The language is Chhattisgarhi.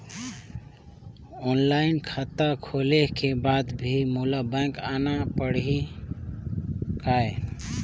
ऑनलाइन खाता खोले के बाद भी मोला बैंक आना पड़ही काय?